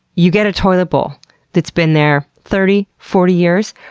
you get a toilet bowl that's been there thirty, forty years.